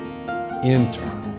internal